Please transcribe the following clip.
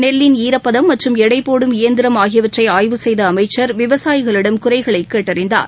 நெல்லின் ஈரப்பதம் மற்றம் எடைபோடும் இயந்திரம் ஆகியவற்றைஆய்வு செய்தஅமைச்சர் விவசாயிகளிடம் குறைகளைகேட்டறிந்தார்